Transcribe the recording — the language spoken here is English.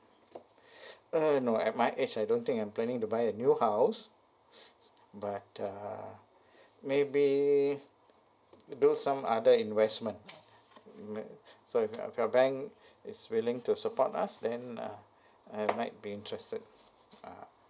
uh no at my age I don't think I'm planning to buy a new house but uh maybe do some other investment my so if your bank is willing to support us then uh I might be interested ah